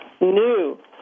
New